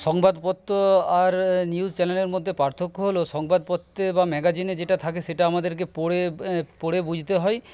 সংবাদপত্র আর নিউজ চ্যানেলের মধ্যে পার্থক্য হলো সংবাদপত্রে বা ম্যাগাজিনে যেটা থাকে সেটা আমাদেরকে পড়ে পড়ে বুঝতে হয়